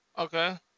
Okay